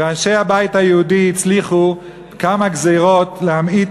ואנשי הבית היהודי הצליחו כמה גזירות להמעיט